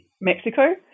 Mexico